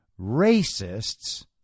racists